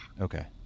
Okay